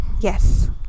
yes